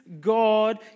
God